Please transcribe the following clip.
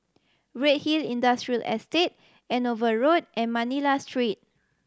Redhill Industrial Estate Andover Road and Manila Street